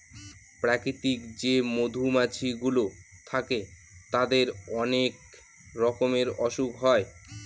প্রাকৃতিক যে মধুমাছি গুলো থাকে তাদের অনেক রকমের অসুখ হয়